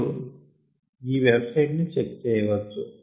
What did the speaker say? మీరు ఈ వెబ్సైటు ని చెక్ చేయొచ్చు